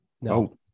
No